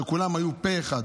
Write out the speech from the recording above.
שכולם היו פה אחד,